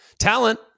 Talent